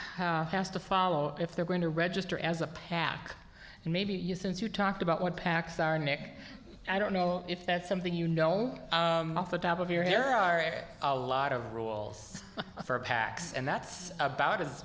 group has to follow if they're going to register as a pac and maybe you since you talked about what pacs are nick i don't know if that's something you know off the top of your hair are at a lot of rules for pacs and that's about as